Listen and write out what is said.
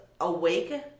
awake